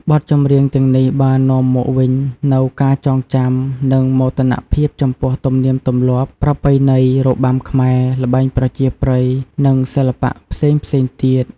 បទចម្រៀងទាំងនេះបាននាំមកវិញនូវការចងចាំ និងមោទនភាពចំពោះ ទំនៀមទម្លាប់ ប្រពៃណី របាំខ្មែរ ល្បែងប្រជាប្រិយ និងសិល្បៈផ្សេងៗទៀត។